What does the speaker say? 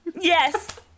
Yes